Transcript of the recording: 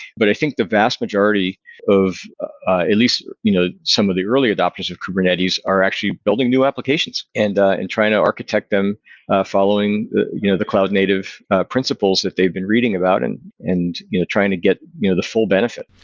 but i think the vast majority of at least you know some of the early adopters of kubernetes are actually building new applications and and trying to architect them following you know the cloud native principles that they've been reading about and and you know trying to get you know the full benefit.